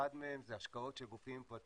אחד מהם זה השקעות של גופים פרטיים,